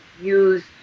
use